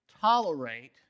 tolerate